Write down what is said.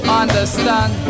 understand